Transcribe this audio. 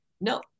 No